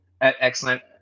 excellent